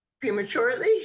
prematurely